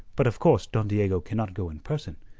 but of course don diego cannot go in person,